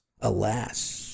Alas